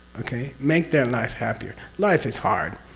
okay? make their life happier, life is hard,